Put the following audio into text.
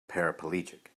paraplegic